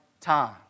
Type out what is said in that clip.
time